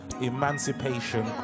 emancipation